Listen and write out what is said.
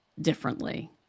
differently